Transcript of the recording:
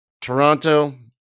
Toronto